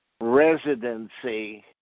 residency